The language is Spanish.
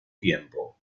tiempo